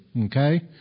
okay